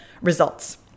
results